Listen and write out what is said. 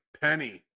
Penny